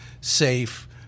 safe